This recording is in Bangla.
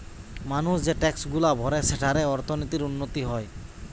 মানুষ যে ট্যাক্সগুলা ভরে সেঠারে অর্থনীতির উন্নতি হয়